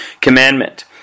commandment